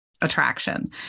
attraction